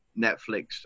Netflix